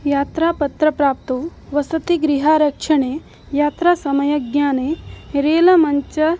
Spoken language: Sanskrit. यात्रा पत्रप्राप्तौ वसतिगृहरक्षणे यात्रासमयज्ञाने रेलमञ्च